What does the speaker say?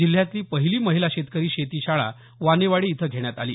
जिल्ह्यातली पहिली महिला शेतकरी शेती शाळा वानेवाडी इथं घेण्यात आली